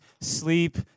sleep